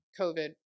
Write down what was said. COVID